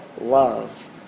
love